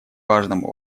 важному